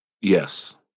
Yes